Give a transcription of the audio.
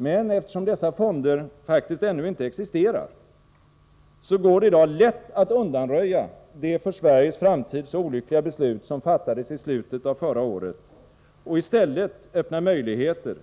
Men eftersom dessa fonder ännu inte existerar, går det i dag lätt att undanröja det för Sveriges framtid så olyckliga beslut som fattades i slutet av förra året och i stället öppna möjligheter